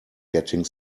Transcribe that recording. getting